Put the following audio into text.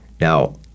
Now